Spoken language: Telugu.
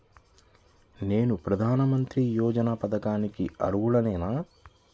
నేను ప్రధాని మంత్రి యోజన పథకానికి అర్హుడ నేన?